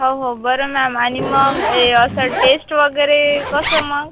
हो हो बरं मॅम आणि मग ए असं टेस्ट वगैरे कसं मग